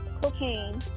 cocaine